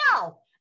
No